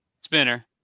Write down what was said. spinner